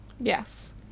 Yes